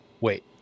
Wait